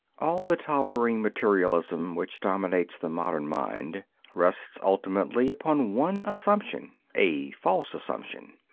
all the towering materialism which dominates the modern mind rests ultimately upon one assumption a false assumption.